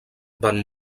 van